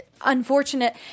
unfortunate